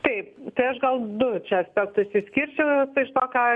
taip tai aš gal du čia aspektus išskirčiau iš to ką